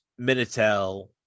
Minitel